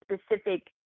specific